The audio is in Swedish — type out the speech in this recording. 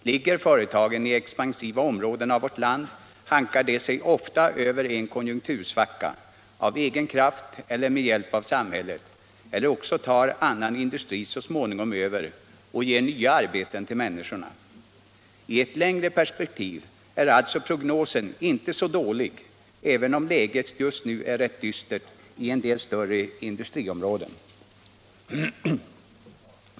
Ligger företagen i expansiva områden av vårt land hankar de sig ofta över en konjunktursvacka — av egen kraft eller med hjälp av samhället — eller också tar annan industri så småningom över och ger nya arbeten till människorna. I ett längre perspektiv är alltså prognosen inte så dålig, även om läget just nu är rätt dystert i en del större industriområden.